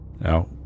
Now